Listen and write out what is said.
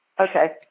Okay